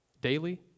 Daily